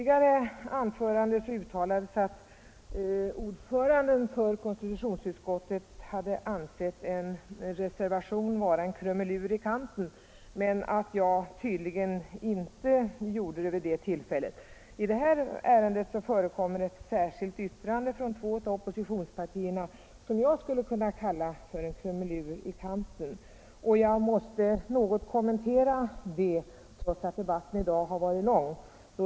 ge men att jag tydligen inte ansåg det vid det tillfället. I det här ärendet förekommer ett särskilt yttrande från två av oppositionspartierna, ett yttrande som jag skulle kunna kalla för en krumelur i kanten. Jag måste något kommentera yttrandet trots att debatten i dag har varit lång.